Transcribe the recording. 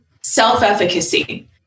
self-efficacy